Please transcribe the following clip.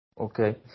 Okay